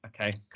Okay